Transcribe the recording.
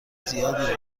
زیادی